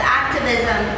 activism